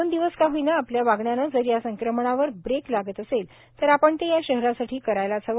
दोन दिवस का होईना आपल्या वागण्याने जर या संक्रमणावर ब्रेक लागत असेल तर आपण ते या शहरासाठी करायलाच हवे